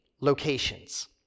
locations